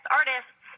artists